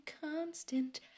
constant